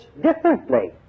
differently